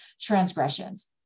transgressions